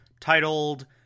titled